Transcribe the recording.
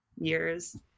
years